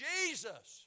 Jesus